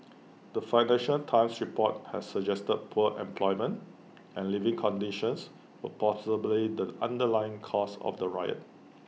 the financial times report had suggested poor employment and living conditions were possibly the underlying causes of the riot